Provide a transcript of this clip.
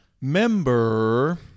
member